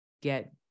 get